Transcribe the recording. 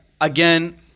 again